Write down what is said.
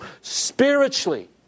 Spiritually